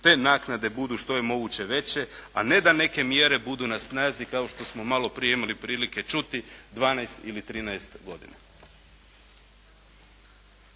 te naknade budu što je moguće veće, a ne da neke mjere budu na snazi kao što smo maloprije imali prilike čuti 12 ili 13 godina.